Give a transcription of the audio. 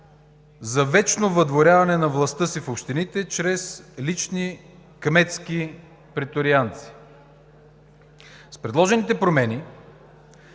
за вечно въдворяване на властта си в общините чрез лични кметски преторианци. С предложените промени